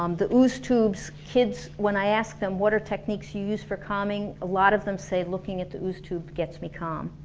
um the ooze-tubes, kids when i ask them what are techniques you use for calming, a lot of them say looking at the ooze-tubes gets me calm.